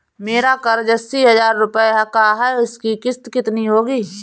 मेरा कर्ज अस्सी हज़ार रुपये का है उसकी किश्त कितनी होगी?